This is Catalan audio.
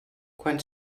quan